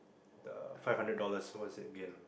the five hundred dollars what you say again